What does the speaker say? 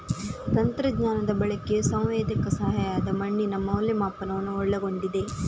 ತಂತ್ರಜ್ಞಾನದ ಬಳಕೆಯು ಸಂವೇದಕ ಸಹಾಯದ ಮಣ್ಣಿನ ಮೌಲ್ಯಮಾಪನವನ್ನು ಒಳಗೊಂಡಿದೆ